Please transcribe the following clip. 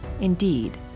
indeed